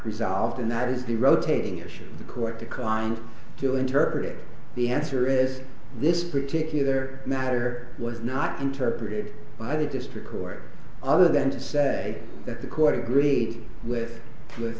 resolved and that is the rotating issue the court declined to interpret the answer is this particular matter was not interpreted by the district court other than to say that the court agreed with